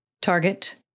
Target